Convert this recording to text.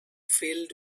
filled